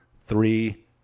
three